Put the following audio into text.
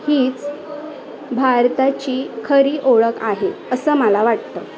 हीच भारताची खरी ओळख आहे असं मला वाटतं